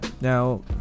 Now